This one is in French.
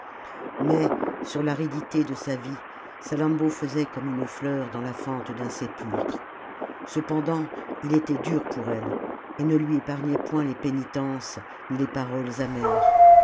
mais sur l'aridité de sa vie salammbô faisait comme une fleur dans la fente d'un sépulcre cependant il était dur pour elle et ne lui épargnait point les pénitences ni les paroles amères